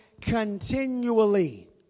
continually